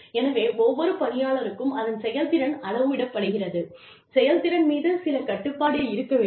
எனவே ஒவ்வொரு பணியாளருக்கும் அதன் செயல்திறன் அளவிடப்படுகிறது செயல்திறன் மீது சில கட்டுப்பாடு இருக்க வேண்டும்